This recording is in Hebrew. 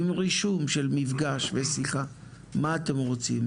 עם רישום של מפגש ושיחה: "מה אתם רוצים?